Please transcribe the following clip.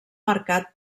marcat